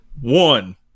One